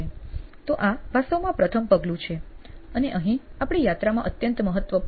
તો આ વાસ્તવમાં પ્રથમ પગલું છે અને અહીં આપણી યાત્રામાં અત્યંત મહત્વપૂર્ણ